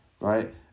right